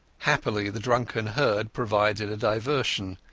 happily the drunken herd provided a diversion.